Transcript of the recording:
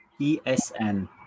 esn